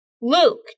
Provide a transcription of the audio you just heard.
Luke